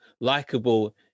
likable